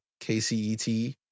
kcet